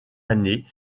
année